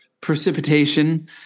precipitation